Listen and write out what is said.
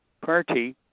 party